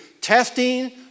testing